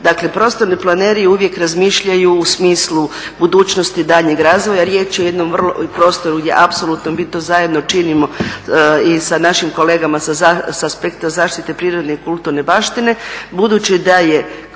Dakle prostorni planeri uvijek razmišljaju u smislu budućnosti daljnjeg razvoja. Riječ je o jednom prostoru gdje apsolutno mi to zajedno činimo i sa našim kolegama s aspekta zaštite prirodne i kulturne baštine. Budući da je